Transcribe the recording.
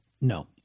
No